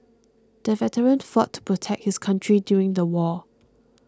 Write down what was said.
the veteran fought to protect his country during the war